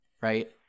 right